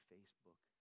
Facebook